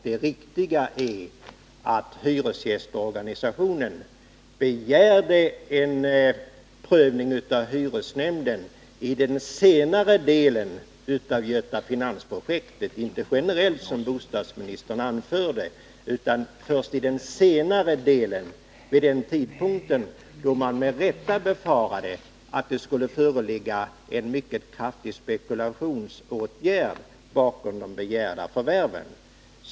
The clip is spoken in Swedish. Det riktiga är att hyresgästorganisationen begärde en prövning av hyresnämnden i den senare delen av Göta Finans-projektet — inte generellt, som bostadsministern anförde, utan först i den senare delen, vid den tidpunkt då man med rätta befarade att det skulle föreligga en mycket kraftig spekulationsåtgärd bakom de begärda förvärven.